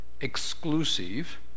exclusive